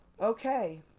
Okay